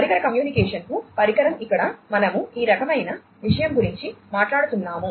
పరికర కమ్యూనికేషన్కు పరికరం ఇక్కడ మనము ఈ రకమైన విషయం గురించి మాట్లాడుతున్నాము